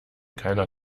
keiner